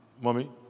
Mommy